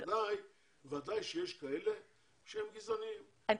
ודאי שיש כאלה שהם גזעניים,